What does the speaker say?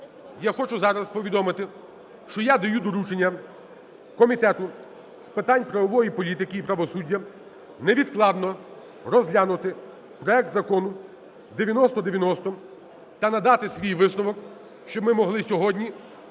я хочу зараз повідомити, що я даю доручення Комітету з питань правової політики і правосуддя невідкладно розглянути проект Закону 9090 та надати свій висновок, щоб ми могли сьогодні